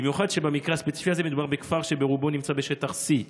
במיוחד כשבמקרה הספציפי הזה מדובר בכפר שנמצא ברובו בשטח C,